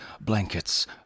blankets